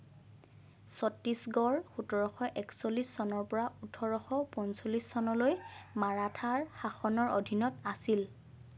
ছত্তীশগড় সোতৰশ একচল্লিশ চনৰ পৰা ওঠৰশ পঞ্চল্লিশ চনলৈ মাৰাঠাৰ শাসনৰ অধীনত আছিল